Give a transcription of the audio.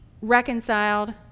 reconciled